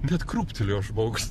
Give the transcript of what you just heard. net krūptelėjo žmogus